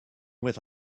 with